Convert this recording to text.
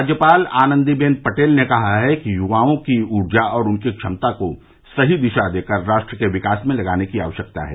राज्यपाल आनंदीबेन पटेल ने कहा है कि युवाओं की ऊर्जा और उनकी क्षमता को सही दिशा देकर राष्ट्र के विकास में लगाने की अवश्यकता है